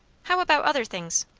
how about other things?